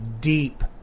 deep